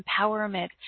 empowerment